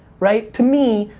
right? to me,